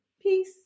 peace